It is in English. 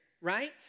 right